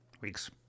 weeks